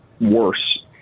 worse